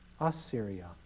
Assyria